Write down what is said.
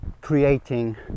creating